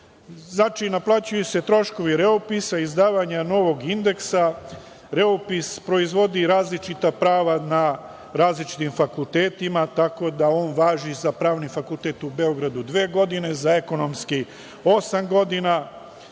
Znači, naplaćuju se troškovi reupisa, izdavanje novog indeksa, reupis proizvodi različita prava na različitim fakultetima tako da on važi za Pravni fakultet u Beogradu dve godine, za ekonomski osam godina.